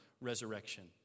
resurrection